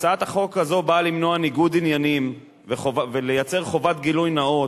הצעת החוק הזאת באה למנוע ניגוד עניינים וליצור חובת גילוי נאות,